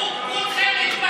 שקר.